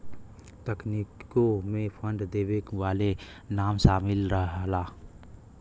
तकनीकों मे फंड देवे वाले के नाम सामिल रहला